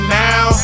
now